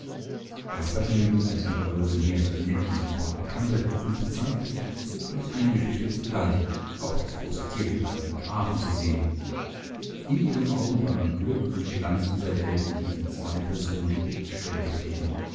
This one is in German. gar vergnügt eilte die bäuerin her da sie nettchen sofort erkannte und bezeigte sich entzückt und eingeschüchtert zugleich auch das große tier den fremden grafen zu sehen in ihren augen waren glück und glanz dieser welt in diesen zwei personen über ihre schwelle getreten